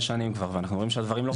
שנים כבר ואנחנו רואים שהדברים לא קרו.